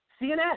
CNN